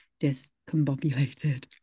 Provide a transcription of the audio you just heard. discombobulated